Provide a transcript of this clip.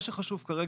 מה שחשוב כרגע,